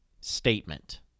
statement